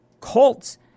cults